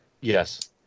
Yes